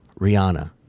rihanna